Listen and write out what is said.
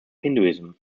hinduism